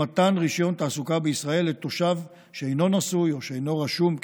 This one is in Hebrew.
מתן רישיון תעסוקה בישראל לתושב שאינו נשוי או שאינו רשום ככזה,